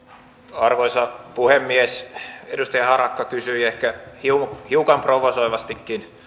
arvoisa puhemies edustaja harakka kysyi ehkä hiukan hiukan provosoivastikin